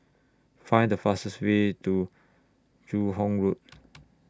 Find The fastest Way to Joo Hong Road